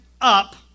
up